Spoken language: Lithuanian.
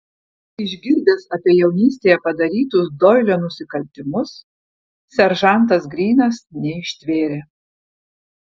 išgirdęs apie jaunystėje padarytus doilio nusikaltimus seržantas grynas neištvėrė